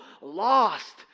lost